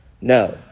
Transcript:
No